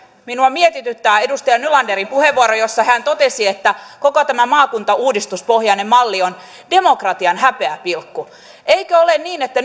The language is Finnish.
minua mietityttää edustaja nylanderin puheenvuoro jossa hän totesi että koko tämä maakuntauudistuspohjainen malli on demokratian häpeäpilkku eikö ole niin että